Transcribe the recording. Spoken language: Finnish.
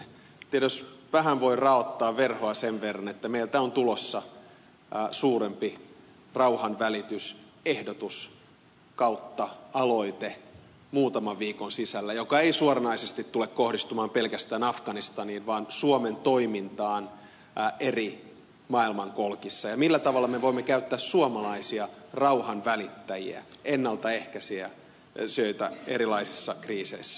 että jos vähän voin raottaa verhoa sen verran että meiltä on tulossa suurempi rauhanvälitysehdotus tai aloite muutaman viikon sisällä joka ei suoranaisesti tule kohdistumaan pelkästään afganistaniin vaan suomen toimintaan eri maailmankolkissa ja millä tavalla voimme käyttää suomalaisia rauhanvälittäjiä ennaltaehkäisijöitä erilaisissa kriiseissä